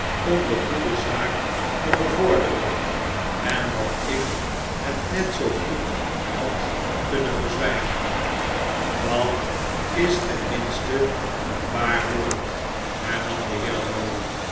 om de goede zaak te bevorderen en dat ik het net zoo goed had kunnen verzwijgen dat is ten minste een waar woord herfiam de heer lorry